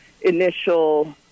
initial